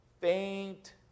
faint